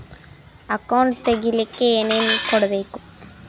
Account ತೆಗಿಲಿಕ್ಕೆ ಏನೇನು ಕೊಡಬೇಕು?